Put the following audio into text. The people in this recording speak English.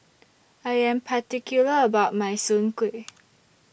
I Am particular about My Soon Kuih